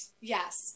Yes